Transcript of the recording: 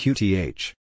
Qth